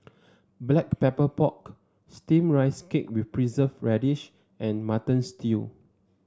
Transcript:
Black Pepper Pork steamed Rice Cake with Preserved Radish and Mutton Stew